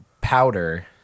powder